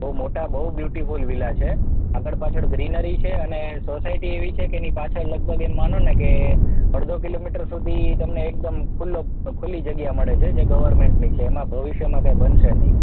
મોટા બહુ beautiful villa છે આગળ પાછળ ગ્રીનરી છે અને સોસાયટી એવી છે કે એની પાછળ લગભગ એમ માનોને કે અડધો કિલોમીટર સુધી તમને એકદમ ખુલ્લો ખુલ્લી જગ્યા મળે છે જે ગવર્મેન્ટની છે એમાં ભવિષ્યમાં કાંઈ બનશે નહીં